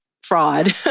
fraud